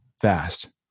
fast